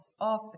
off